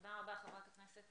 תודה רבה, חברת הכנסת